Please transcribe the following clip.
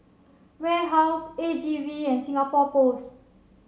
Warehouse A G V and Singapore Post